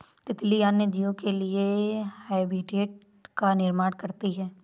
तितली अन्य जीव के लिए हैबिटेट का निर्माण करती है